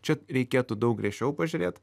čia reikėtų daug griežčiau pažiūrėt